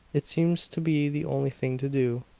it seems to be the only thing to do,